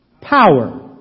Power